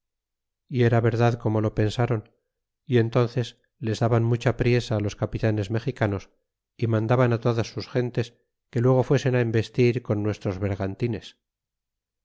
y era verdad como lo pensron y entánces les daban mucha priesa los capitanes mexicanos y mandaban todas sus gentes que luego fuesen embestir con nuestros bergantines